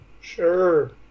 Sure